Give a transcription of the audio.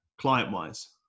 client-wise